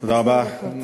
עשר דקות.